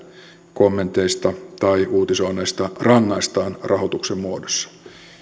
kommenteista tai uutisoinneista rangaistaan rahoituksen muodossa